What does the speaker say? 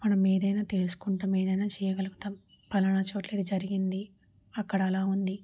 మనము ఏదైనా తెలుసుకుంటాము ఏదైనా చేయగలుగుతాము పలానా చోట ఇది జరిగింది అక్కడ అలా ఉంది